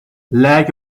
lack